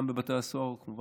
גם בבתי הסוהר, כמובן,